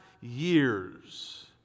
years